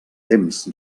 temps